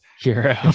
Hero